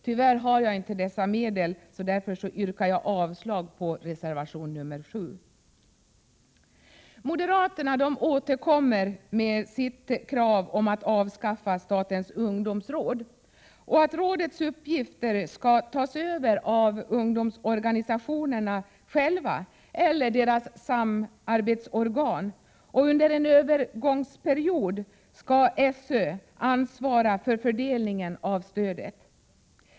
Tyvärr har jag inte dessa medel, varför jag yrkar avslag på reservation 7. Moderaterna återkommer med sitt krav på att avskaffa statens ungdomsråd. De föreslår att rådets uppgifter skall tas över av ungdomsorganisationerna själva eller deras samarbetsorgan och att SÖ under en övergångsperiod skall ansvara för fördelningen av stödet.